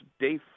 day